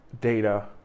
data